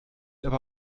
aber